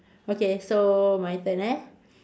okay so my turn eh